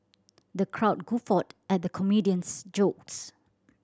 the crowd guffawed at the comedian's